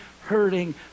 hurting